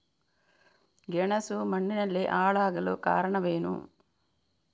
ಗೆಣಸು ಮಣ್ಣಿನಲ್ಲಿ ಹಾಳಾಗಲು ಕಾರಣವೇನು?